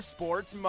Sports